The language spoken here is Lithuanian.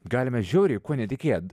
galime žiauriai kuo netikėt